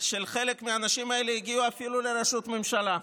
של חלק מהאנשים האלה, הגיעו אפילו לראשות ממשלה.